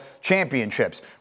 championships